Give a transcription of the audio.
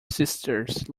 sisters